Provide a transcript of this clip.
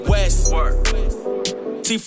West